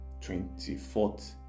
24th